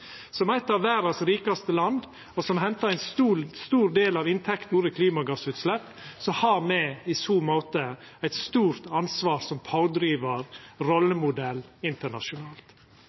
Som eit av dei rikaste landa i verda, som hentar ein stor del av inntektene våre frå industri med store klimagassutslepp, har me i så måte eit stort ansvar som pådrivar og rollemodell internasjonalt.